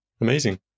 Amazing